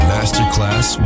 Masterclass